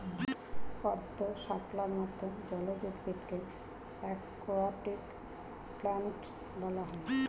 পদ্ম, শাপলার মত জলজ উদ্ভিদকে অ্যাকোয়াটিক প্ল্যান্টস বলা হয়